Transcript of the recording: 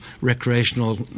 recreational